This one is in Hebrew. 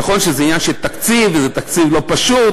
נכון שזה עניין של תקציב, וזה תקציב לא פשוט.